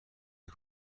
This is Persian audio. نمی